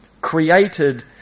created